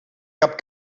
cap